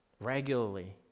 regularly